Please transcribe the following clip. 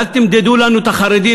ואל תמדדו לנו את החרדים,